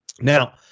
Now